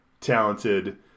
talented